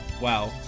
wow